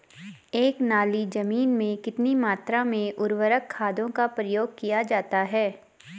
एक नाली जमीन में कितनी मात्रा में उर्वरक खादों का प्रयोग किया जाता है?